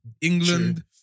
England